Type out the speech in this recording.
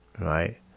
Right